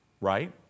right